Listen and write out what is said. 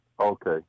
Okay